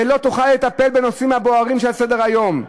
ולא תוכל לטפל בנושאים הבוערים שעל סדר-היום.